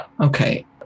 Okay